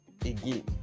again